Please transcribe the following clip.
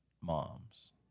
moms